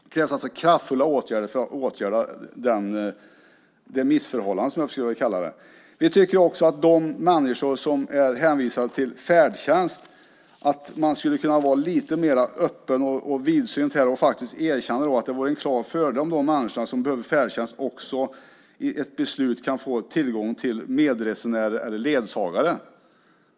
Det krävs kraftfulla åtgärder för att komma till rätta med detta missförhållande, som jag skulle vilja kalla det. Vi tycker också, när det gäller de människor som är hänvisade till färdtjänst, att man skulle kunna vara lite mera öppen och vidsynt och faktiskt erkänna att det vore en klar fördel om de människor som behöver färdtjänst också i ett beslut kan få tillgång till medresenär eller ledsagare.